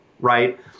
right